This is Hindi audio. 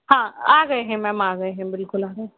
हाँ आ गए हैं मैम आ गए हैं बिल्कुल आ गए